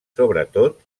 sobretot